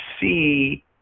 see